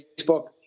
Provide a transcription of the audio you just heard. Facebook